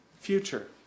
future